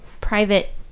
private